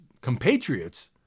compatriots